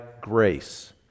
grace